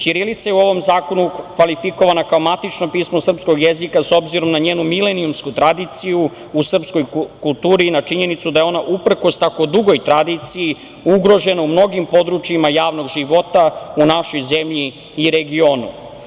Ćirilica je u ovom zakonu kvalifikovana kao matično pismo srpskog jezika, s obzirom na njenu milenijumsku tradiciju u srpskoj kulturi i na činjenicu da je ona uprkos tako dugoj tradiciji ugrožena u mnogim područjima javnog života u našoj zemlji i regionu.